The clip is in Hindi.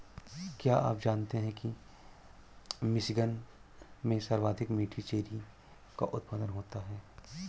क्या आप जानते हैं कि मिशिगन में सर्वाधिक मीठी चेरी का उत्पादन होता है?